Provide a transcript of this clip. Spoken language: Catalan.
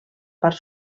part